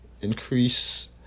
increase